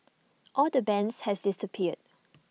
all the bands has disappeared